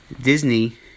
Disney